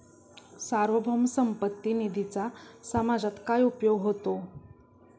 सार्वभौम संपत्ती निधीचा समाजात काय उपयोग होतो?